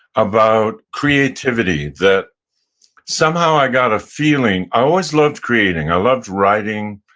about creativity, that somehow i got a feeling, i always loved creating. i loved writing,